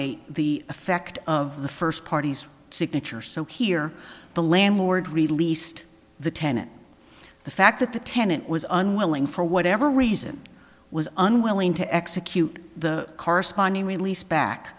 obviate the effect of the first party's signature so here the landlord released the tenant the fact that the tenant was unwilling for whatever reason was unwilling to execute the corresponding release back